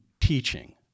teaching